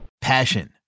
Passion